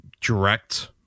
direct